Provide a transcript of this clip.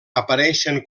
apareixen